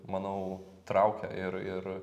manau traukia ir ir